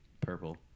purple